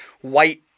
white